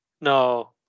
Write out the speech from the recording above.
No